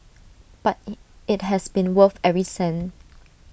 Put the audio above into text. but IT has been worth every cent